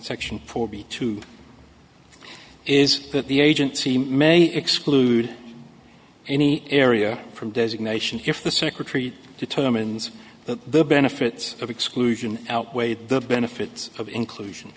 section four b two is that the agency may exclude any area from designation if the secretary determines that the benefits of exclusion outweigh the benefits of inclusion